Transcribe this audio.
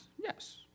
yes